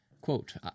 Quote